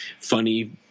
funny